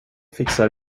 fixar